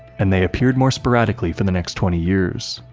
and they appeared more sporadically for the next twenty years.